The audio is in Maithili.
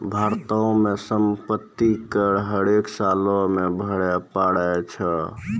भारतो मे सम्पति कर हरेक सालो मे भरे पड़ै छै